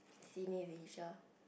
Cineleisure